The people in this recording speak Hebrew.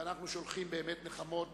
ואנחנו שולחים באמת נחמות